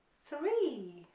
three,